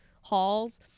halls